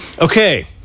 okay